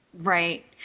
Right